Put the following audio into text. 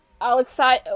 Outside